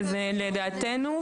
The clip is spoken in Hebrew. ולדעתנו,